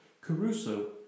Caruso